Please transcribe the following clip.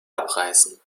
abreißen